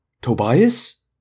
Tobias